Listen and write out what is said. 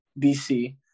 BC